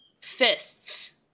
Fists